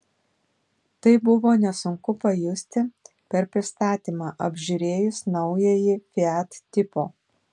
tai buvo nesunku pajusti per pristatymą apžiūrėjus naująjį fiat tipo